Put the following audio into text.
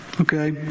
okay